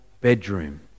bedroom